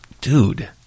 Dude